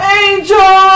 angel